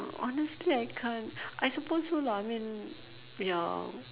honestly I can't I supposed so lah I mean ya